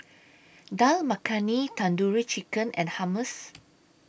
Dal Makhani Tandoori Chicken and Hummus